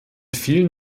vielen